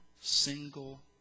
single